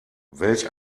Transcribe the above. welch